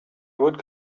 could